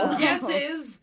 guesses